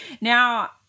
Now